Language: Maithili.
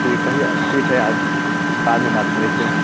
ठीक हय ठीक हय आ बादमे बात करैत छी